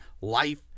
life